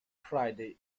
friday